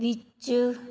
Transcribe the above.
ਵਿੱਚ